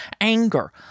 anger